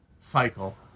cycle